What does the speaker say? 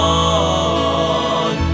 on